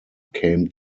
came